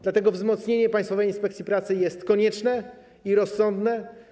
Dlatego wzmocnienie Państwowej Inspekcji Pracy jest konieczne i rozsądne.